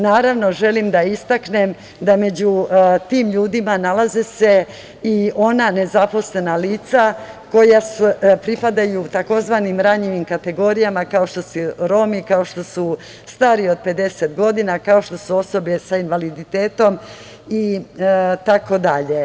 Naravno, želim da istaknem da među tim ljudima nalaze se i ona nezaposlena lica koja pripadaju tzv. ranjivim kategorijama, kao što su Romi, kao što su stariji od 50 godina, kao što su osobe sa invaliditetom itd.